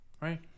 Right